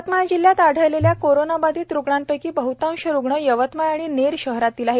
यवतमाळ जिल्ह्यात आढळलेल्या कोरोनाबाधित रुग्णांपैकी बहतांश रुग्ण यवतमाळ आणि नेर शहरातील आहे